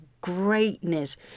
greatness